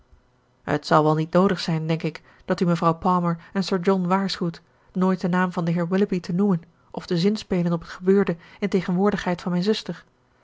het zal wel niet noodig zijn denk ik dat u mevrouw palmer en sir john waarschuwt nooit den naam van den heer willoughby te noemen of te zinspelen op het gebeurde in tegenwoordigheid van mijn zuster